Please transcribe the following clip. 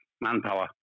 manpower